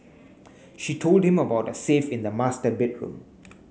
she told him about a safe in the master bedroom